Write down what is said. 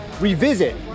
revisit